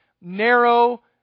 narrow